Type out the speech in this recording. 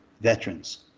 veterans